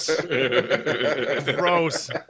Gross